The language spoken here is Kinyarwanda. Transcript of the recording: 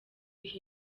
biha